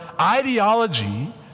ideology